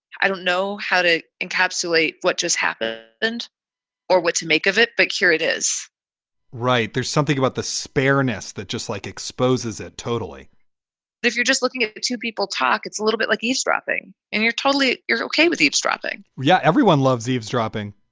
i don't know how to encapsulate what just happened and or what to make of it. but here it is right. there's something about the spareness that just like exposes it totally if you're just looking at two people talk, it's a little bit like eavesdropping and you're totally ok with eavesdropping yeah everyone loves eavesdropping.